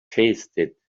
tasted